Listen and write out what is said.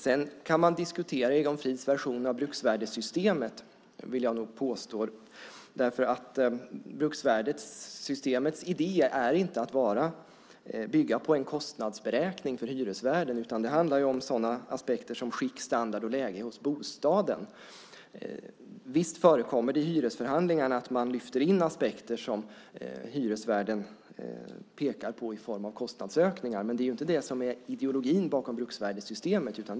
Man kan diskutera Egon Frids version av bruksvärdessystemet vill jag nog påstå. Bruksvärdessystemets idé är inte att bygga på en kostnadsberäkning för hyresvärden. Det handlar om sådana aspekter som skick, standard och läge på bostaden. Visst förekommer det i hyresförhandlingarna att man lyfter in aspekter som hyresvärden pekar på i form av kostnadsökningar. Men det är inte ideologin bakom bruksvärdessystemen.